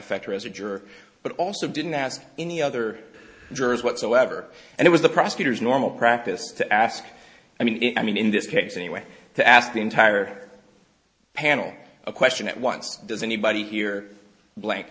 affect her as a juror but also didn't ask any other jurors whatsoever and it was the prosecutor's normal practice to ask i mean i mean in this case anyway to ask the entire panel a question at once does anybody hear blank